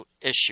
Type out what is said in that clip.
issue